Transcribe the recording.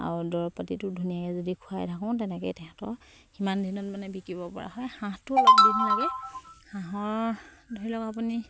আৰু দৰব পাতিটো ধুনীয়াকে যদি খুৱাই থাকোঁ তেন্তে তেহেঁতৰ সিমান দিনত মানে বিকিব পৰা হয় হাঁহটো অলপ দিন লাগে হাঁহৰ ধৰি লওক আপুনি